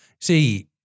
see